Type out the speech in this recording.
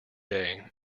day